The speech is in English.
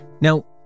Now